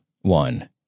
one